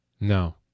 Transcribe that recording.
No